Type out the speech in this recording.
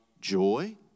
joy